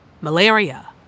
malaria